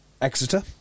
Exeter